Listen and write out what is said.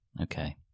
Okay